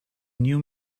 new